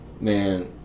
man